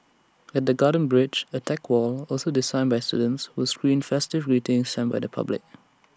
at the garden bridge A tech wall also designed by the students will screen festive greetings sent by the public